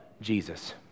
Jesus